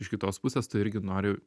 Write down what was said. iš kitos pusės tu irgi nori